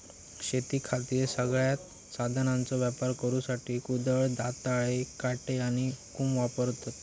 शेतीखातीर सगळ्यांत साधनांचो वापर करुसाठी कुदळ, दंताळे, काटे आणि हुकुम वापरतत